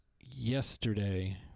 yesterday